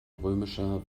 römischer